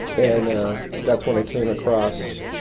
and ah that's when i came across